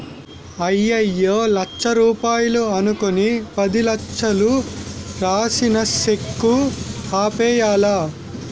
అయ్యయ్యో లచ్చ రూపాయలు అనుకుని పదిలచ్చలు రాసిన సెక్కు ఆపేయ్యాలా